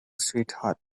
sweetheart